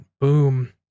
boom